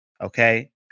okay